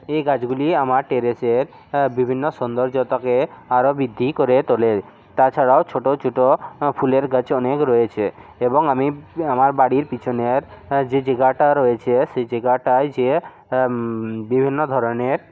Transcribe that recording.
এই গাছগুলি আমার টেরেসের বিভিন্ন সৌন্দর্যতাকে আরও বৃদ্ধি করে তোলে তাছাড়াও ছোটো ছোটো ফুলের গাছ অনেক রয়েছে এবং আমি আমার বাড়ির পিছনের যে জায়গাটা রয়েছে সেই জায়গাটায় যেয়ে বিভিন্ন ধরনের